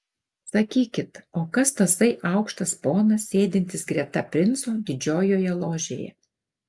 sakykit o kas tasai aukštas ponas sėdintis greta princo didžiojoje ložėje